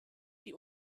die